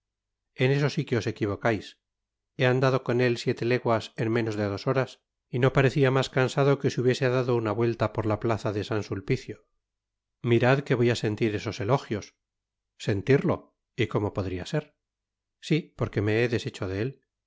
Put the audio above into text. en eso si que os equivocais he andado con él siete leguas en menos de dos horas y no parecía mas cansado que si hubiese dado una vuelta por la plaza de san sulpicio mirad que voy á sentir esos elogios sentirlo t y como podría ser i i r sí porqoe me he deshecho de él